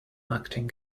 acting